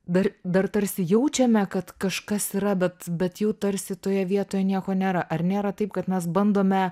dar dar tarsi jaučiame kad kažkas yra bet bet jau tarsi toje vietoje nieko nėra ar nėra taip kad mes bandome